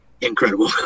incredible